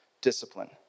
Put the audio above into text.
discipline